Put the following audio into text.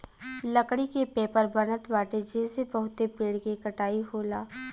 लकड़ी के पेपर बनत बाटे जेसे बहुते पेड़ के कटाई होला